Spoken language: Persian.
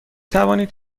توانید